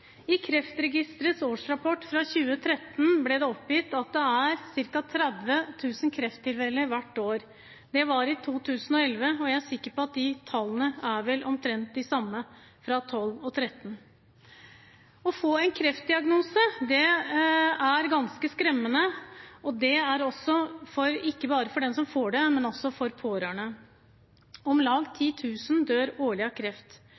I Kreftregisterets årsrapport fra 2013 ble det oppgitt at det er ca. 30 000 krefttilfeller hvert år. Det var i 2011, og jeg er sikker på at disse tallene er omtrent de samme for 2012 og 2013. Å få en kreftdiagnose er ganske skremmende – ikke bare for den som får det, men også for pårørende. Om lag 10 000 dør årlig av kreft.